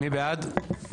מי בעד?